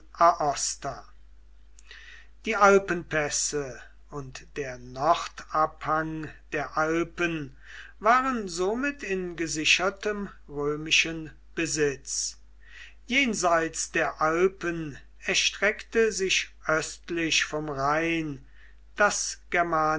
die alpenpässe und der nordabhang der alpen waren somit in gesichertem römischen besitz jenseits der alpen erstreckte sich östlich vom rhein das